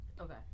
Okay